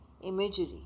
imagery